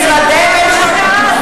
משרדי ממשלה,